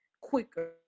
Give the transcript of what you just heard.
quicker